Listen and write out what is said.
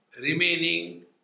remaining